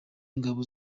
ingabo